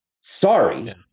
Sorry